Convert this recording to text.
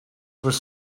was